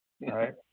Right